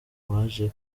waje